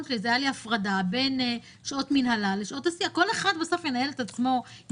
שלי בין שעות מנהלה לשעות עשייה כל אחד ינהל את עצמו,